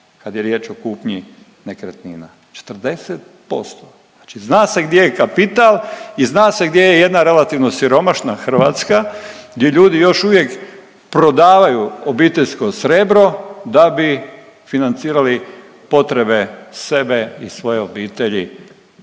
kad je riječ o kupnji nekretnina. 40%. Znači zna se gdje je kapital i zna se gdje je jedna relativno siromašna Hrvatska gdje ljudi još uvijek prodavaju obiteljsko srebro da bi financirali potrebe sebe i svoje obitelji,